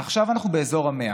עכשיו אנחנו באזור ה-100.